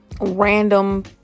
random